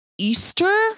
easter